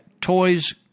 toys